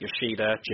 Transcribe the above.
Yoshida